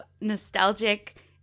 nostalgic